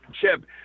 Chip